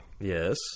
Yes